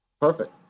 perfect